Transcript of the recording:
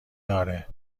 آره